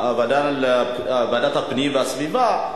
ועדת הפנים והגנת הסביבה,